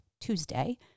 Tuesday